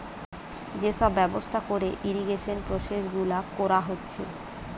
যে সব ব্যবস্থা কোরে ইরিগেশন প্রসেস গুলা কোরা হচ্ছে